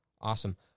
Awesome